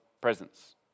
presence